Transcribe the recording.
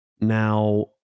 Now